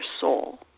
soul